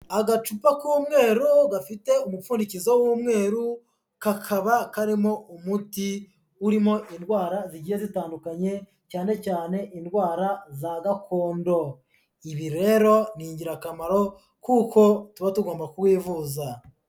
Agacupa k'umweru gafite umupfundikizo w'umweru kakaba karimo umuti urimo indwara zigiye zitandukanye cyane cyane indwara za gakondo, ibi rero ni ingirakamaro kuko tuba tugomba kuwivuza.